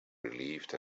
relieved